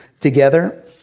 together